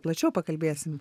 plačiau pakalbėsim